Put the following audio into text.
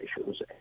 issues